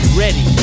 ready